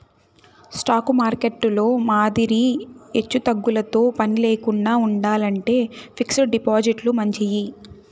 stock మార్కెట్టులో మాదిరి ఎచ్చుతగ్గులతో పనిలేకండా ఉండాలంటే ఫిక్స్డ్ డిపాజిట్లు మంచియి